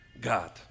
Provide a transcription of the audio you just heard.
God